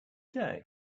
day